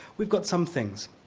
we've got some things.